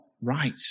Right